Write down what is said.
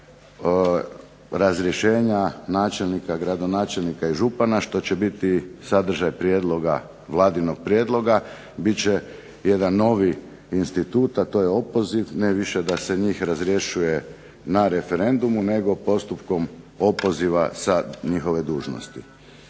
razrješenja načelnika, gradonačelnika i župana, što će biti sadržaj prijedloga, Vladinog prijedloga, bit će jedan novi institut, a to je opoziv, ne više da se njih razrješuje na referendumu, nego postupkom opoziva sa njihove dužnosti.